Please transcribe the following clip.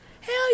Hell